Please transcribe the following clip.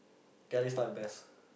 okay ah let's start with best